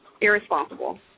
Irresponsible